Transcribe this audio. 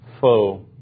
foe